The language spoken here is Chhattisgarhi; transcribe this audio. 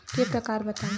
के प्रकार बतावव?